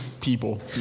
people